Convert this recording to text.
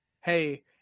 Hey